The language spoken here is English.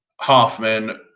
Hoffman